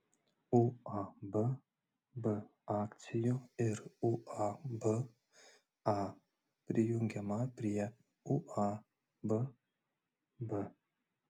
uab b akcijų ir uab a prijungiama prie uab b